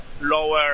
lower